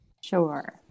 Sure